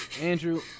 Andrew